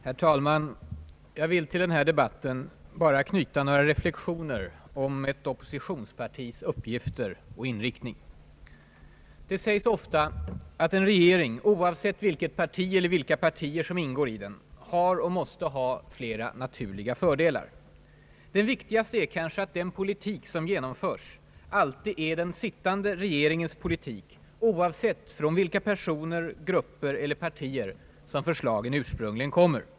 Herr talman! Jag vill till den här debatten bara knyta några reflexioner om ett oppositionspartis uppgifter och inriktning. Det sägs ofta att en regering, oavsett vilket parti eller vilka partier som ingår i den, har och måste ha flera naturliga fördelar. Den viktigaste är kanske att den politik som genomförs alltid är den sittande regeringens politik oavsett från vilka personer, grupper eller partier som förslagen ursprungligen kommer.